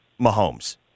Mahomes